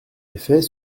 effet